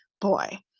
boy